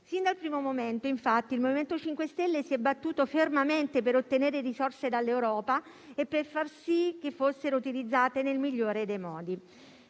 Fin dal primo momento infatti il MoVimento 5 Stelle si è battuto fermamente per ottenere risorse dall'Europa e per far sì che fossero utilizzate nel migliore dei modi.